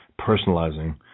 personalizing